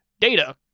Data